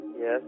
Yes